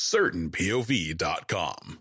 CertainPOV.com